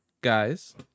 guys